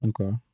okay